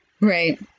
right